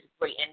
great